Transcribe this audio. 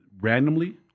randomly